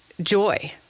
joy